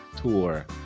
tour